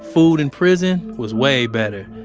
food in prison was way better.